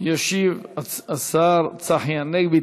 ישיב השר צחי הנגבי.